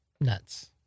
Nuts